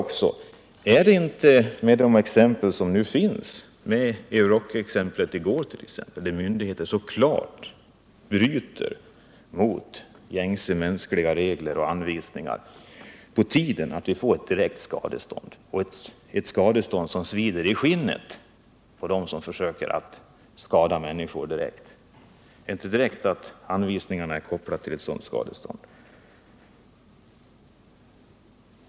Är det inte, med hänsyn till de exempel som nu finns — jag tänker bl.a. på Euroc-exemplet i går — på att man klart bryter mot gängse mänskliga regler och mot anvisningarna, på tiden att vi inför ett direkt skadestånd, ett skadestånd som svider i skinnet på den som försöker direkt skada människor? Är det inte riktigt att anvisningarna är kopplade till ett sådant skadestånd?